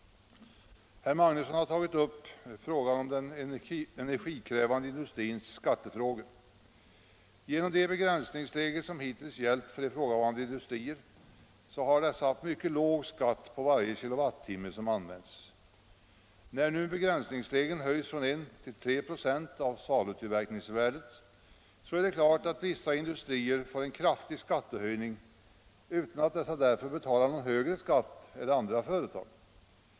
Herr Magnusson i Borås har tagit upp frågan om den energikrävande industrins skatter. Genom de begränsningsregler som hittills gällt för ifrågavarande industrier har dessa haft en mycket låg skatt på varje kilowattimme som använts. När nu begränsningsregeln höjs från 1 till 3 96 av salutillverkningsvärdet är det klart att vissa industrier får en kraftig skattehöjning utan att dessa därför betalar någon högre skatt än andra företag.